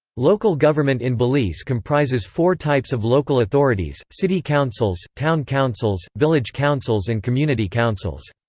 local government in belize comprises four types of local authorities city councils, town councils, village councils and community councils.